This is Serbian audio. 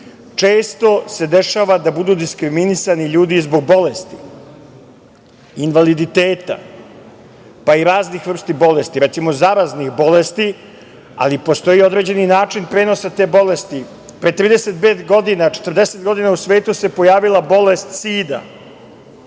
Često se dešava da budu diskriminisani ljudi zbog bolesti, invaliditeta, pa i raznih vrsti bolesti, recimo zaraznih bolesti, ali postoji određeni način prenosa te bolesti. Pre 35-40 godina u svetu se pojavila bolest sida